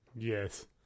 Yes